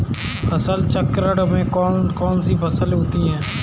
फसल चक्रण में कौन कौन सी फसलें होती हैं?